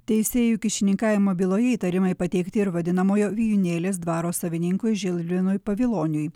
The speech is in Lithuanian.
teisėjų kyšininkavimo byloje įtarimai pateikti ir vadinamojo vijūnėlės dvaro savininkui žilvinui paviloniui